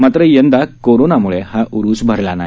मात्र यंदा कोरोना मुळे हा उरूस भरला नाही